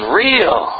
real